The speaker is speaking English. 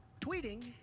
tweeting